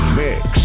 mix